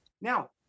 Now